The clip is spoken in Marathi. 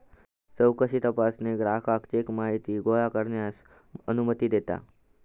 चौकशी तपासणी ग्राहकाक चेक माहिती गोळा करण्यास अनुमती देता